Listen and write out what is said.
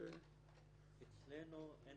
אצלנו אין